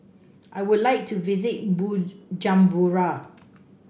I would like to visit Bujumbura